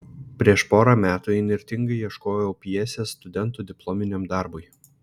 prieš porą metų įnirtingai ieškojau pjesės studentų diplominiam darbui